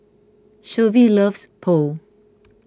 Shelvie loves Pho